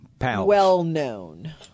well-known